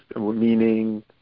meaning